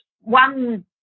one